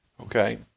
Okay